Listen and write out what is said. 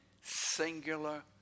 singular